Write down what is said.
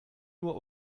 nur